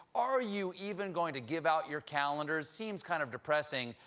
are you even going to give out your calendars? seems kind of depressing.